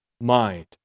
mind